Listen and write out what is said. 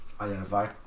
identify